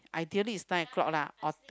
ideally is nine o-clock lah or